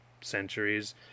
centuries